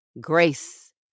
grace